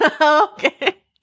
okay